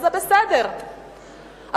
וזה בסדר,